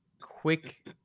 quick